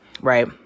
right